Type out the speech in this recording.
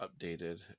updated